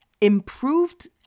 improved